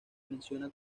menciona